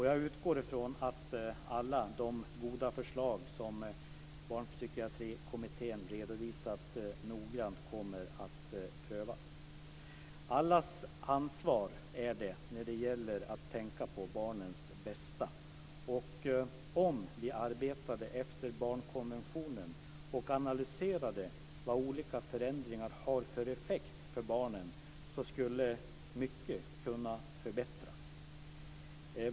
Jag utgår från att alla de goda förslag som Barnpsykiatrikommittén har redovisat noggrant kommer att prövas. Det är allas ansvar att tänka på barnens bästa. Om vi arbetade efter barnkonventionen och analyserade vilka effekter olika förändringar har på barnen, skulle mycket kunna förbättras.